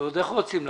ועוד איך רוצים לעבוד.